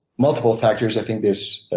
multiple factors. i think there's